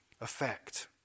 effect